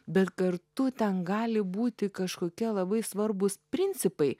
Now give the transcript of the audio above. bet kartu ten gali būti kažkokie labai svarbūs principai